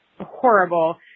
horrible